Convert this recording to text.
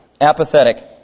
Apathetic